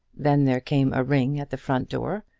then there came a ring at the front door,